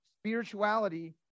spirituality